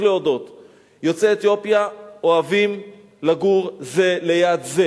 יוצאי אתיופיה אוהבים לגור זה ליד זה